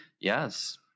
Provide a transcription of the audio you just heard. Yes